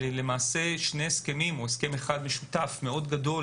אלה שני הסכמים או הסכם אחד משותף מאוד גדול